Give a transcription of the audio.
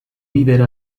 vivere